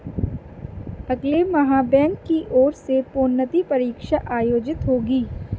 अगले माह बैंक की ओर से प्रोन्नति परीक्षा आयोजित होगी